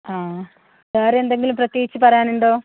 ആ വേറെ എന്തെങ്കിലും പ്രതേകിച്ച് പറയാൻ ഉണ്ടോ